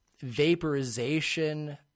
vaporization